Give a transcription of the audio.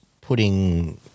putting